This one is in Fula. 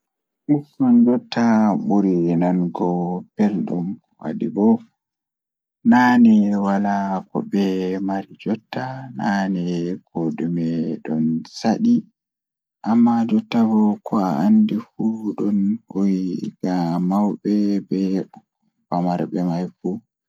Ɓikkon jotta ɓuri nanugo belɗum Miɗo yiɗi ko moƴƴi yimɓe ɓe doole ɓe yetto nder heɓugol fayde e no ɓuri saare e hokkugo. Kono, ko dume ngal wondi laabi kadi, e tawii konngol ngal hakkunde tofinay goonga.